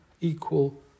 equal